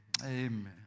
Amen